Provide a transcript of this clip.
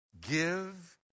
give